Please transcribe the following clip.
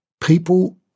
People